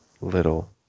little